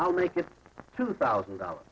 i'll make it two thousand dollars